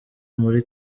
muri